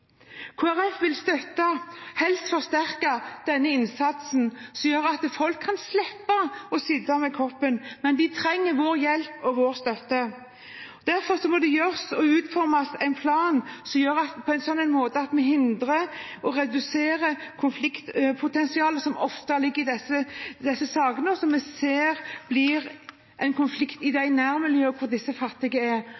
Folkeparti vil støtte, og helst forsterke, denne innsatsen, som gjør at folk kan slippe å sitte med koppen. Men de trenger vår hjelp og vår støtte. Derfor må det utformes en plan på en slik måte at vi hindrer og reduserer konfliktpotensialet som ofte ligger i disse sakene, og som vi ser at blir en konflikt i de